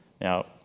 Now